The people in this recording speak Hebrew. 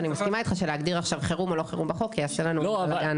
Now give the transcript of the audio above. אני מסכימה איתך שלהגדיר עכשיו חירום או לא חירום בחוק יעשה לנו בלגן.